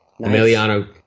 Emiliano